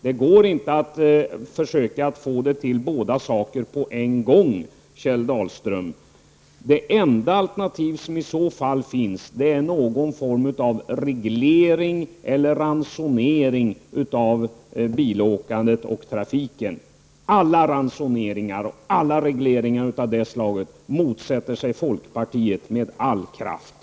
Det går inte att försöka få det till båda sakerna på en gång, Kjell Dahlström. Det enda alternativ som i så fall finns är någon form av reglering eller ransonering av bilåkandet och trafiken. Folkpartiet motsätter sig med all kraft alla ransoneringar och alla regleringar av det slaget.